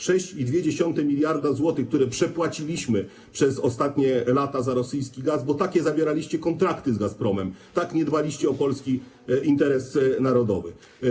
6,2 mld zł, które przepłaciliśmy przez ostatnie lata za rosyjski gaz, bo takie zawieraliście kontrakty z Gazpromem, tak nie dbaliście o polski interes narodowy.